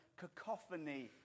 cacophony